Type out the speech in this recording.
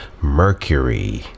Mercury